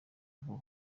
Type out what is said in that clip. vuba